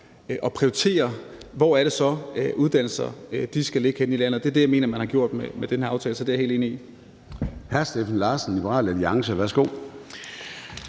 at prioritere, hvor det så er, at uddannelserne skal ligge henne i landet, og det er det, jeg mener man har gjort med den her aftale. Så det er jeg helt enig i.